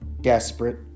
desperate